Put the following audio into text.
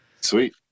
sweet